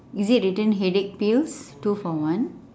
is it written headache pills two for one